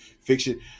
fiction